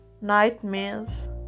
nightmares